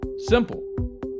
Simple